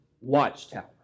watchtower